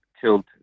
killed